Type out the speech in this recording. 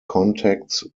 contacts